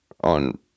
on